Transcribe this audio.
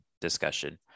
discussion